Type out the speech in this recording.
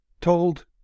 told